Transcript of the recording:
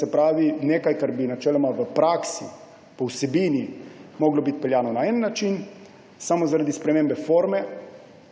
Tako bi nekaj, kar bi načeloma v praksi po vsebini moralo biti peljano na en način, bi samo zaradi spremembe forme